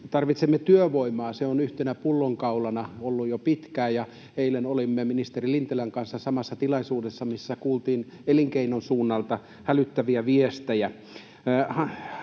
tarvitsemme työvoimaa. Se on yhtenä pullonkaulana ollut jo pitkään. Eilen olimme ministeri Lintilän kanssa samassa tilaisuudessa, missä kuultiin elinkeinoelämän suunnalta hälyttäviä viestejä.